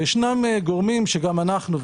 ישנם גורמים שאנחנו,